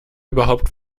überhaupt